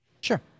Sure